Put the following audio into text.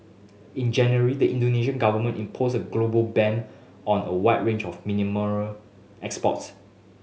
in January the Indonesian Government imposed a global ban on a wide range of mineral exports